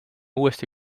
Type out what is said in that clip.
uuesti